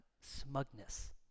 smugness